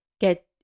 get